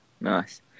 Nice